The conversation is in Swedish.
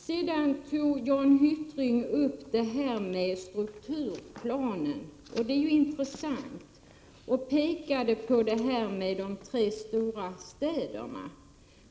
Jan Hyttring talade om strukturplanen och pekade på vad som sägs om de tre stora städerna.